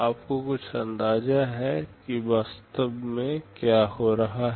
आपको कुछ अंदाजा है कि वास्तव में क्या हो रहा है